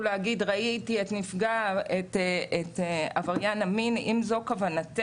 להגיד שהם ראו את עבריין המין אם זאת כוונתך,